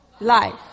Life